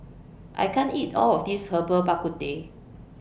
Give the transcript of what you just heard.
I can't eat All of This Herbal Bak Ku Teh